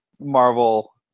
marvel